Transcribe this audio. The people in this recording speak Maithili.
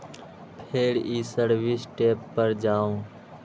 फेर ई सर्विस टैब पर जाउ